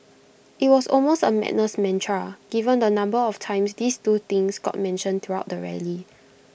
IT was almost A madness mantra given the number of times these two things got mentioned throughout the rally